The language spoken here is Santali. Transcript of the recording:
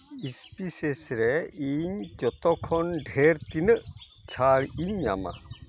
ᱥᱯᱟᱭᱤᱥᱮᱥ ᱨᱮ ᱨᱮ ᱤᱧ ᱡᱚᱛᱚ ᱠᱷᱚᱱ ᱰᱷᱮᱨ ᱛᱤᱱᱟᱹᱜ ᱪᱷᱟᱲ ᱤᱧ ᱧᱟᱢᱟ